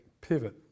Pivot